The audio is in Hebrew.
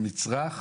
היא נצרכת.